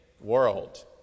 world